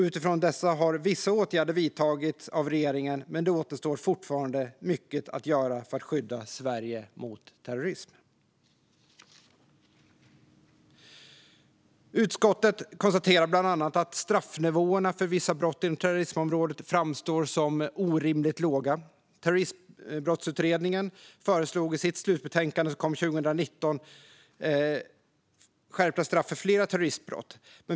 Utifrån dessa har vissa åtgärder vidtagits av regeringen, men det återstår fortfarande mycket att göra för att skydda Sverige mot terrorism. Utskottet konstaterar bland annat att straffnivåerna för vissa brott inom terrorismområdet framstår som orimligt låga. Terroristbrottsutredningen föreslog i sitt slutbetänkande, som kom 2019, skärpta straff för flera terroristbrott.